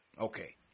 Okay